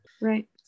Right